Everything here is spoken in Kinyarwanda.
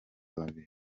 babiri